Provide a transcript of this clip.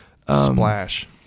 Splash